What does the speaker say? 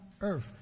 earth